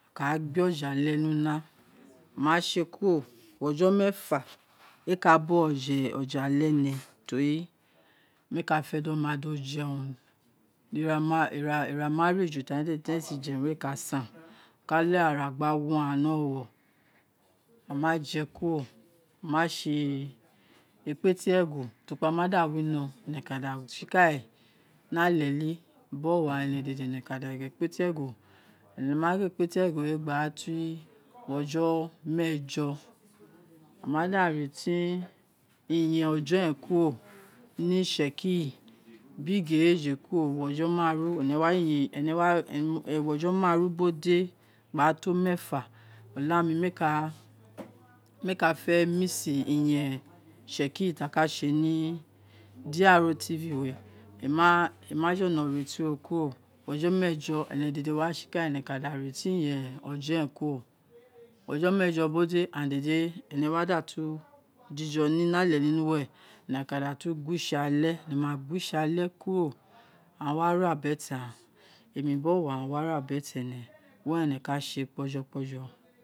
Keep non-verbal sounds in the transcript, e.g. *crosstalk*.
Mo kāá gbē ojọ ale ni una, *noise* mo ma ṣe kuro ughọjọ meefa ēē ka ba *noise* ọjẹ alẹ nẹ tori mēē kafe di oman di oje orun *hesitation* ira mare di aghan éé si je̱ urun éé ka sany oka leghe ara gba wọ aghan ni ọwọwọ o na je kuro oma si ekpetiri egho utukpa mado wino, emẹ ka da si kale ni aleli biri owa ene dede ene ka da gho ekpetiri egho e̱nẹ ma gho ekpetin egho we gba ra to ughojo meefo, aghan mada rentin iyen ojo ren kuro ni itsekiri biri ighereje kuro ugho jo maaru ene wa *hesitation* ughojo maaru biri ode, gbara to meefa olāāmi mèè ka *noise* mèè ka fe̱ miss ti iyen itsekiri ti aka se ni drtu we éè rua *hesitation* èè ma jolo rentin ro kuro ughojo meefo biri ode aghan dede ene wa katu jo nraleli nuwe ene kadatu guo itse ale ene ma guo itse ale kuro awa re abiete ghan, eni biri woa ghan ware abete ẹnẹ were e̱wẹ ka se kpojo kpọjọ